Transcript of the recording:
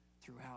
throughout